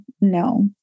no